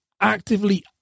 actively